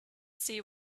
see